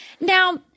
Now